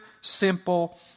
simple